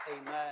Amen